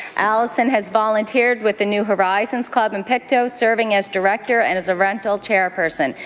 alison has volunteered with the new horizons club in pictou, so serving as director and is a rental chairperson.